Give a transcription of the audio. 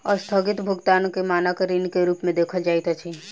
अस्थगित भुगतानक मानक ऋण के रूप में देखल जाइत अछि